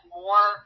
more